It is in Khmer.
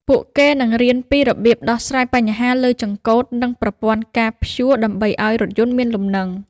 ពួកគេនឹងរៀនពីរបៀបដោះស្រាយបញ្ហាលើចង្កូតនិងប្រព័ន្ធការព្យួរដើម្បីឱ្យរថយន្តមានលំនឹង។